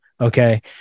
Okay